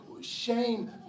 shame